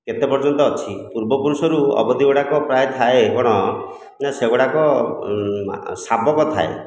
କେତେ ପର୍ଯ୍ୟନ୍ତ ଅଛି ପୂର୍ବପୁରୁଷରୁ ଅବଧି ଗୁଡ଼ାକ ପ୍ରାୟ ଥାଏ କ'ଣ ନା ସେଗୁଡ଼ାକ ଶାବକ ଥାଏ